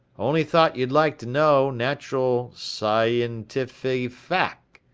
only thought you'd like to know natural sci-yen-tiffy fack.